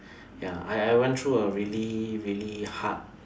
ya I I went through a really really hard